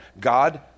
God